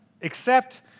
except